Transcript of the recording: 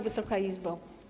Wysoka Izbo!